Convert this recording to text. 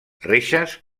reixes